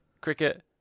Cricket